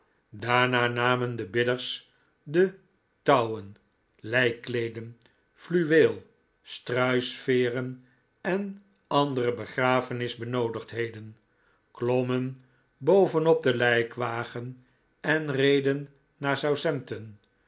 daarna namen de bidders de touwen lijkkleeden fluweel struisveeren en andere begrafenis benoodigdheden klommen boven op den lijkwagen en reden naar